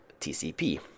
tcp